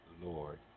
Lord